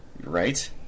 Right